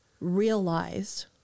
realized